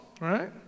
right